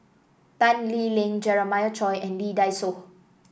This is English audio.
Tan Lee Leng Jeremiah Choy and Lee Dai Soh